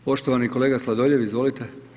Poštovani kolega Sladoljev izvolite.